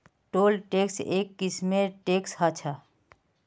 toll tax एक किस्मेर tax ह छः